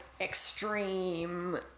extreme